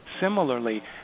similarly